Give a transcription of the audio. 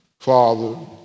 Father